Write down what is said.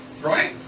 Right